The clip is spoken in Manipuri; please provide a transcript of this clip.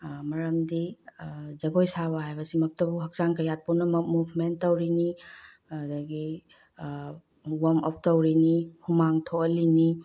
ꯃꯔꯝꯗꯤ ꯖꯒꯣꯏ ꯁꯥꯕ ꯍꯥꯏꯕꯁꯤꯃꯛꯇꯕꯨ ꯍꯛꯆꯥꯡ ꯀꯌꯥꯠ ꯄꯨꯝꯅꯃꯛ ꯄꯨꯞꯃꯦꯟ ꯇꯧꯔꯤꯅꯤ ꯑꯗꯒꯤ ꯋꯥꯔꯝ ꯑꯞ ꯇꯧꯔꯤꯅꯤ ꯍꯨꯃꯥꯡ ꯊꯣꯛꯍꯜꯂꯤꯅꯤ